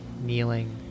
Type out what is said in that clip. kneeling